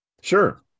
sure